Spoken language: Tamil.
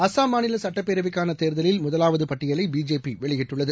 அஸ்ஸாம் மாநிலசட்டப்பேரவைக்னனதேர்தலில் முதலாவதுபட்டியலைபிஜேபிவெளியிட்டுள்ளது